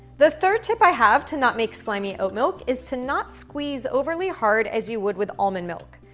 the third tip i have to not make slimy oat milk is to not squeeze overly hard as you would with almond milk.